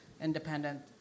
independent